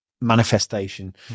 manifestation